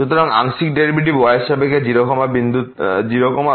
সুতরাং আংশিক derivative y এর সাপেক্ষে 0 0বিন্দুতে হবে 0